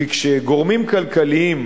כי כשגורמים כלכליים,